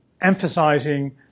Emphasizing